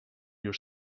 your